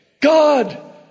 God